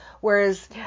Whereas